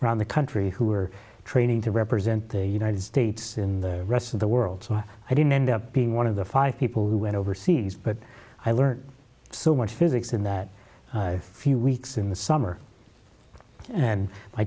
round the country who were training to represent the united states in the rest of the world so i didn't end up being one of the five people who went overseas but i learned so much physics in that few weeks in the summer and my